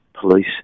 police